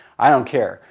i don't care.